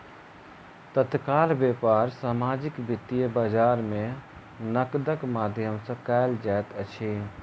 तत्काल व्यापार सामाजिक वित्तीय बजार में नकदक माध्यम सॅ कयल जाइत अछि